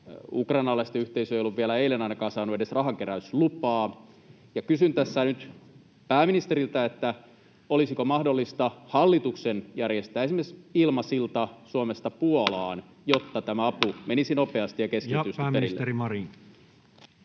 ukrainalaisten yhteisö ei ollut vielä ainakaan eilen saanut edes rahanke-räyslupaa. Kysyn tässä nyt pääministeriltä: olisiko mahdollista hallituksen järjestää esimerkiksi ilmasilta Suomesta Puolaan, jotta tämä apu menisi nopeasti ja keskitetysti perille? Ja pääministeri Marin.